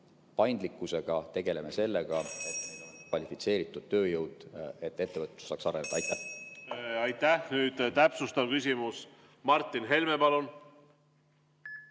paindlikkusega, tegeleme sellega, et meil oleks kvalifitseeritud tööjõud, et ettevõtlus saaks areneda. Aitäh! Nüüd täpsustav küsimus. Martin Helme, palun!